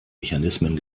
mechanismen